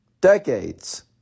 Decades